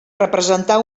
representar